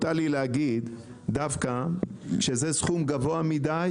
זה סכום גבוה מדי.